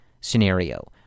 scenario